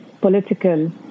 political